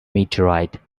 meteorite